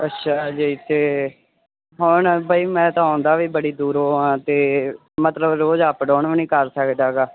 ਅੱਛਾ ਜੀ ਅਤੇ ਹੁਣ ਬਈ ਮੈਂ ਤਾਂ ਆਉਂਦਾ ਵੀ ਬੜੀ ਦੂਰੋਂ ਹਾਂ ਅਤੇ ਮਤਲਬ ਰੋਜ਼ ਅਪ ਡਾਊਨ ਵੀ ਨਹੀਂ ਕਰ ਸਕਦਾ ਹੈਗਾ